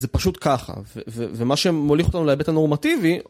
זה פשוט ככה ומה שמוליך אותנו להיבט הנורמטיבי